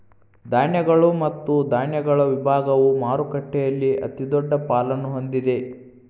ಧಾನ್ಯಗಳು ಮತ್ತು ಧಾನ್ಯಗಳ ವಿಭಾಗವು ಮಾರುಕಟ್ಟೆಯಲ್ಲಿ ಅತಿದೊಡ್ಡ ಪಾಲನ್ನು ಹೊಂದಿದೆ